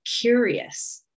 curious